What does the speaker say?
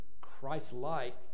Christ-like